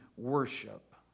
worship